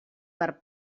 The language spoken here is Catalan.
per